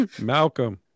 Malcolm